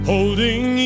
Holding